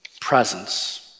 presence